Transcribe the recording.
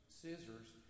scissors